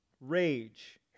rage